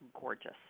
gorgeous